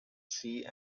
sea